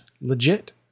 legit